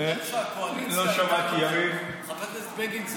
חבר הכנסת בגין,